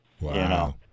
Wow